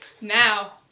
Now